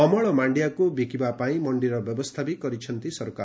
ଅମଳ ମାଣ୍ଡିଆକ୍ ବିକିବାପାଇଁ ମଣ୍ଡିର ବ୍ୟବସ୍ତା ବି କରିଛନ୍ତି ସରକାର